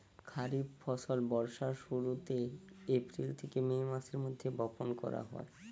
খরিফ ফসল বর্ষার শুরুতে, এপ্রিল থেকে মে মাসের মধ্যে বপন করা হয়